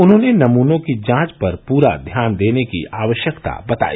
उन्होंने नमूनों की जांच पर पूरा ध्यान देने की आवश्यकता बताई